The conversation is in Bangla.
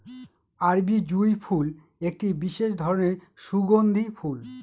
আরবি জুঁই ফুল একটি বিশেষ ধরনের সুগন্ধি ফুল